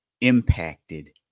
impacted